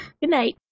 Goodnight